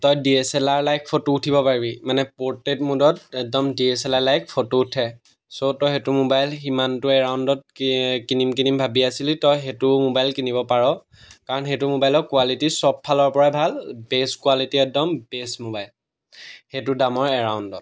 তই D S L R like photo উঠিব পাৰিবি মানে প'ৰ্টেড মোডত একদম D S L R like photo উঠে ছ' তই সেইটো মোবাইল সিমানটো এৰাউণ্ডত কিনিম ভাবি আছিলি তই সেইটো মোবাইল কিনিব পাৰ কাৰণ সেইটো মোবাইলৰ কোৱালিটি চবফালৰপৰাই ভাল বেষ্ট কোৱালিটি একদম বেষ্ট মোবাইল সেইটো দামৰে এৰাউণ্ডত